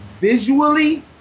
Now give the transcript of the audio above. visually